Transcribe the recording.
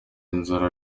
inzara